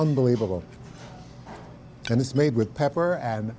unbelievable and it's made with pepper and